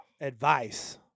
advice